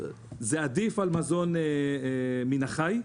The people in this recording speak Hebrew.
זה עדיף על מזון מן החי,